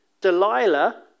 Delilah